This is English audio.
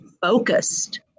focused